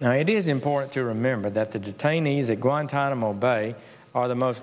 now it is important to remember that the detainees at guantanamo bay are the most